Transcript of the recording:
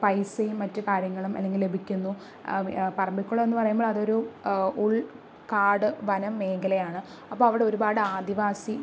പൈസയും മറ്റു കാര്യങ്ങളും അല്ലെങ്കിൽ ലഭിക്കുന്നു പറമ്പിക്കുളം എന്ന് പറയുമ്പോൾ അതൊരു ഉൾ കാട് വനം മേഖലയാണ് അപ്പോൾ അവിടെ ഒരുപാട് ആദിവാസി